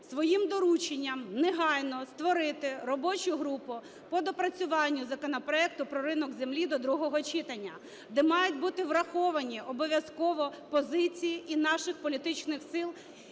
своїм дорученням негайно створити робочу групу по доопрацюванню законопроекту про ринок землі до другого читання, де мають бути враховані обов'язково позиції і наших політичних сил,